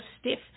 stiff